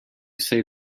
say